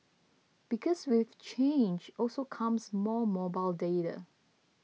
because with change also comes more mobile data